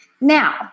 Now